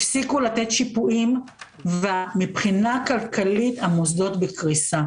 הפסיקו לתת שיפויים ומבחינה כלכלית המוסדות בקריסה.